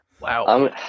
Wow